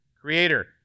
Creator